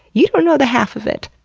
you don't know the half of it.